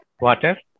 water